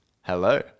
Hello